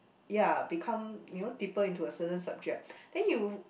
ya become you know deeper into a certain subject then you